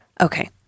okay